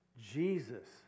Jesus